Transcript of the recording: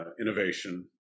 innovation